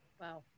Wow